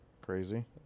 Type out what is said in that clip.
Crazy